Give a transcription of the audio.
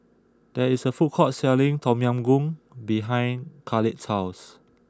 there is a food court selling Tom Yam Goong behind Kahlil's house